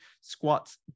squats